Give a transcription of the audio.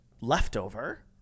leftover